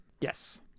Yes